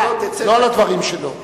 לא לדברים שלו.